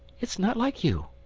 it's not like you.